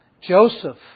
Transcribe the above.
Joseph